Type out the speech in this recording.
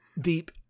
deep